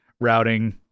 routing